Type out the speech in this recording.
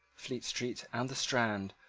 fleet street, and the strand,